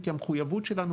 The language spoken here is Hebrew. כי המחויבות שלנו,